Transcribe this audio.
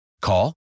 Call